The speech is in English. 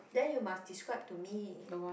then you must describe to me